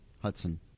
Hudson